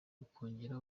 ukongera